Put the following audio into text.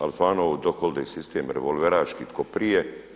Ali stvarno ovo … sistem revolveraški tko prije.